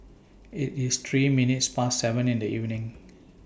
IT IS three minutes Past seven in The evening